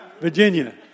Virginia